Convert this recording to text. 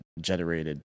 generated